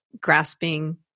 grasping